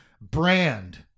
Brand